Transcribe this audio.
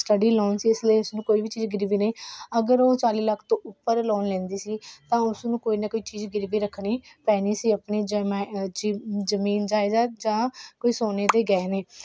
study loan ਸੀ ਇਸ ਲਈ ਉਸਨੂੰ ਕੋਈ ਵੀ ਚੀਜ਼ ਗਿਰਵੀ ਨਹੀਂ ਅਗਰ ਉਹ ਚਾਲੀ ਲੱਖ ਤੋਂ ਉੱਪਰ ਲੋਨ ਲੈਂਦੀ ਸੀ ਤਾਂ ਉਸ ਨੂੰ ਕੋਈ ਨਾ ਕੋਈ ਚੀਜ਼ ਗਿਰਵੀ ਰੱਖਣੀ ਪੈਣੀ ਸੀ ਆਪਣੀ ਜਿਵੇਂ ਜ਼ ਜ਼ਮੀਨ ਜਾਇਦਾਦ ਜਾਂ ਕੋਈ ਸੋਨੇ ਦੋ ਗਹਿਣੇ